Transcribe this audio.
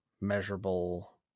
measurable